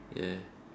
ya